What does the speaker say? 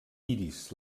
iris